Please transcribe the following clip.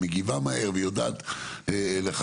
--- אני אוהב הכי הרבה את המילים היפות: שזה יהיה לפי חוק רט"ג,